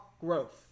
growth